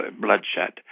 bloodshed